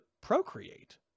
procreate